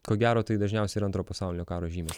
ko gero tai dažniausiai yra antro pasaulinio karo žymės